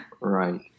Right